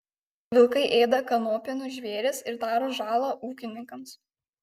vilkai ėda kanopinius žvėris ir daro žalą ūkininkams